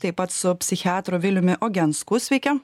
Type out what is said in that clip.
taip pat su psichiatru viliumi ogensku sveiki